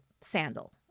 sandal